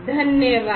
धन्यवाद